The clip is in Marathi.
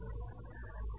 हे तालमी आहे समजतंय का